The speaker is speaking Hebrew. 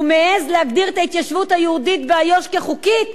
ומעז להגדיר את ההתיישבות היהודית באיו''ש כחוקית,